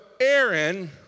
Aaron